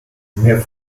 mehr